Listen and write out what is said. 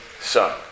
Son